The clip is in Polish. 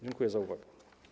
Dziękuję za uwagę.